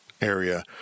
area